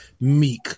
Meek